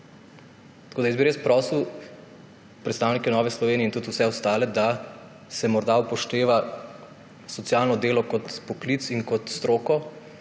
Tako da jaz bi res prosil predstavnike Nove Slovenije in tudi vse ostale, da se morda upošteva socialno delo kot poklic in kot stroko